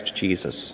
Jesus